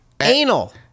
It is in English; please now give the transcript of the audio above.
anal